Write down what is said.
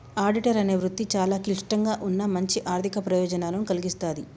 auditor అనే వృత్తి చాలా క్లిష్టంగా ఉన్నా మంచి ఆర్ధిక ప్రయోజనాలను కల్గిస్తాది